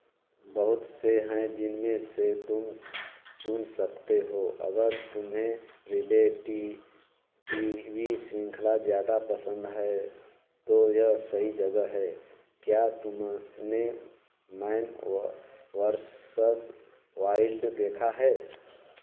बहुत से हैं जिनमे से तुम चुन सकते हो अगर तुम्हें रिलेटीव श्रृंखला ज़्यादा पसंद है तो यह सही जगह है क्या तुम ने मैन व वर्सेस वाइल्ड देखा है